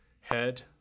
head